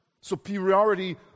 superiority